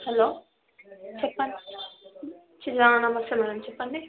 hello చెప్పండి నమస్తే madam చెప్పండి